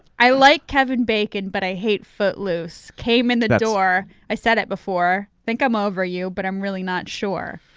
i like kevin bacon but i hate footloose. came in the door, i said it before, think i'm over you but i'm really not sure.